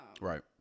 Right